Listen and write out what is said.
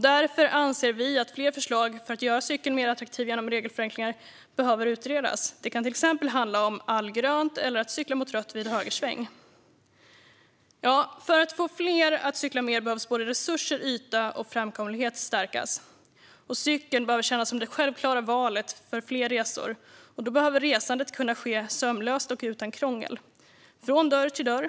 Därför anser vi att fler förslag för att göra cykeln mer attraktiv genom regelförenklingar behöver utredas. Det kan till exempel handla om allgrönt eller möjlighet att cykla mot rött vid högersväng. För att få fler att cykla mer behöver resurser, yta och framkomlighet stärkas. Cykeln behöver kännas som det självklara valet för fler resor, och då behöver resandet kunna ske sömlöst och utan krångel från dörr till dörr.